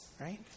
right